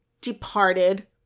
departed